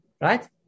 right